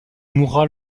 mourra